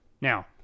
Now